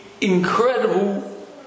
incredible